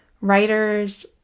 writers